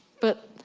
but,